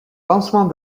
lancement